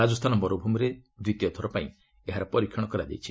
ରାଜସ୍ଥାନ ମରୁଭ୍ରମିରେ ଦ୍ୱିତୀୟଥର ପାଇଁ ଏହାର ପରୀକ୍ଷଣ କରାଯାଇଛି